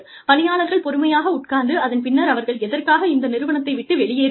பணியாளர்கள் பொறுமையாக உட்கார்ந்து அதன் பின்னர் அவர்கள் எதற்காக இந்த நிறுவனத்தை விட்டு வெளியேறுகிறார்கள்